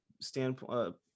standpoint